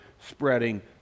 spreading